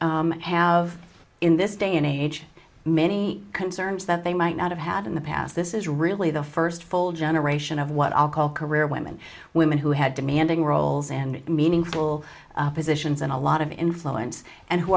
have in this day and age many concerns that they might not have had in the past this is really the first full generation of what i'll call career women women who had demanding roles and meaningful positions and a lot of influence and who